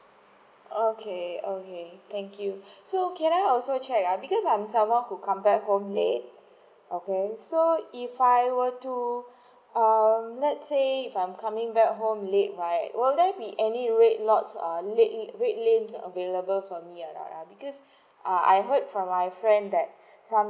okay okay thank you so can I also check ah because I'm someone who come back home late okay so if I were to um let's say if I'm coming back home late right will there be any red lots um red lane like available for me uh because uh I heard from my friend that sometimes